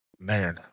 Man